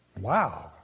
Wow